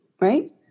right